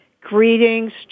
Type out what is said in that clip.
greetings